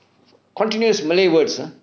continuous malay words